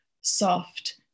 soft